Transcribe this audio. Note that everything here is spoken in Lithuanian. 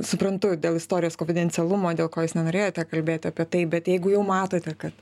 suprantu dėl istorijos kovidencialumo dėl ko jūs nenorėjote kalbėti apie tai bet jeigu jau matote kad